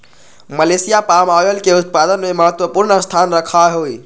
Malaysia palm oil के उत्पादन में महत्वपूर्ण स्थान रखा हई